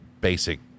basic